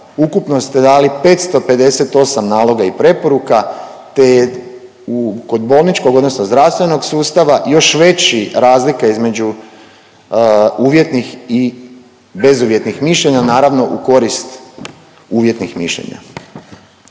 Ukupno ste dali 558 naloga i preporuka, te je kod bolničkog, odnosno zdravstvenog sustava još veći razlika između uvjetnih i bezuvjetnih mišljenja naravno u korist uvjetnih mišljenja.